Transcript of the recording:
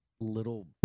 little